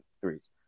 threes